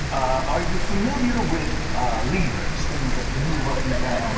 are you familiar with levers? things that move up and down?